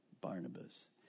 Barnabas